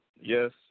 Yes